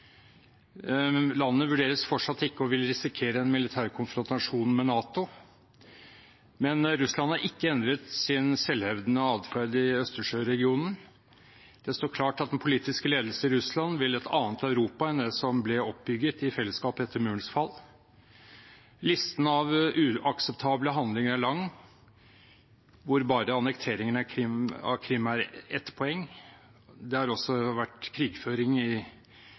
Landet vurderes fortsatt til ikke å ville risikere en militær konfrontasjon med NATO, men Russland har ikke endret sin selvhevdende atferd i Østersjø-regionen. Det står klart at den politiske ledelse i Russland vil et annet Europa enn det som ble bygget opp i fellesskap etter Murens fall. Listen av uakseptable handlinger er lang, hvor annekteringen av Krim bare er ett poeng. Det har også vært krigføring i